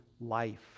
life